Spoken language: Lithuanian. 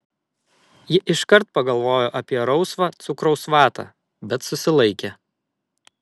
ji iškart pagalvojo apie rausvą cukraus vatą bet susilaikė